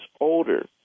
older